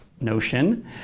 notion